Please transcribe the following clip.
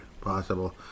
possible